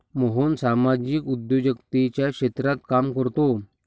मोहन सामाजिक उद्योजकतेच्या क्षेत्रात काम करतो